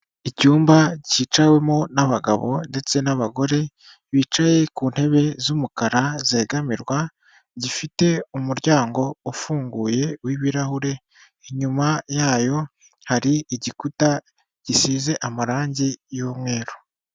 Icyumba cyicawemo n'abagabo ndetse n'abagore bicaye ku ntebe z'umukara zegamirwa, zifite umuryango ufunguye w'ibirahure inyuma yayo hari igikuta gisize amarangi y'umweru.